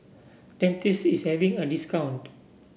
Dentiste is having a discount